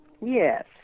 Yes